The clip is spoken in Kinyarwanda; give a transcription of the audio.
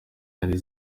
zari